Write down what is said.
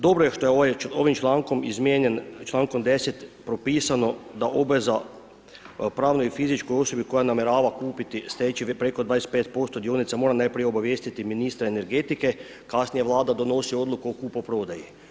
Dobro je što je ovim člankom izmijenjen, člankom 10. propisano da obveza pravnoj i fizičkoj osobi koja namjerava kupiti, steći peko 25% dionica mora najprije obavijestiti ministra energetike, kasnije Vlada donosi odluku o kupoprodaju.